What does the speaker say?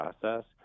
process